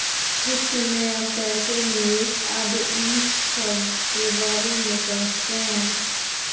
वित्त में हम पैसे, निवेश आदि इन सबके बारे में समझते हैं